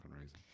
reason